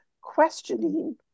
questioning